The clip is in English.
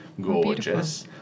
Gorgeous